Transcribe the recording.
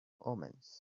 omens